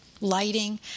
lighting